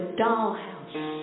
dollhouse